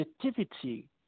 creativity